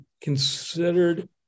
considered